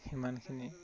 সিমানখিনিয়ে